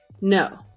No